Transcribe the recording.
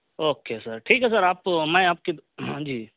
okay sir ٹھیک ہے sir آپ میں آپ کے ہاں جی